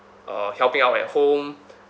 uh helping out at home